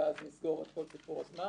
ואז נסגור את כל סיפור הזמן